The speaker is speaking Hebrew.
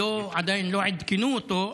עדיין לא עדכנו אותו,